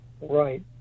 right